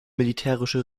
militärische